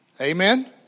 Amen